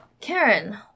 Karen